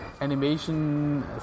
animation